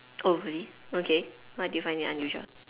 oh really okay how did you find it unusual